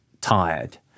tired